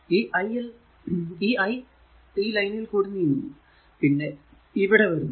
ഈ i ഈ ലൈനിൽ കൂടെ നീങ്ങുന്നു പിന്നെ ഇവിടെ വരുന്നു